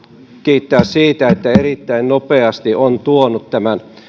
siitä että hän erittäin nopeasti on tuonut tämän